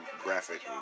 graphic